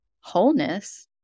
wholeness